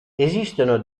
esistono